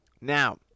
Now-